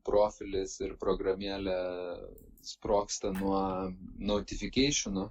profilis ir programėlė sprogsta nuo notifikeišinų